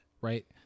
right